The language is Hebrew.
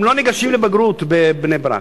הם לא ניגשים לבגרות, בבני-ברק.